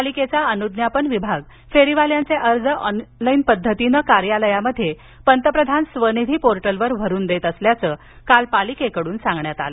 पालिकेचा अनुज्ञापन विभाग फेरिवाल्याचे अर्ज ऑनलाईन पद्धतीनं कार्यालयात पंतप्रधान स्वनिधी पोर्टलवर भरून देत असल्याचं काल पालिकेकडून सांगण्यात आलं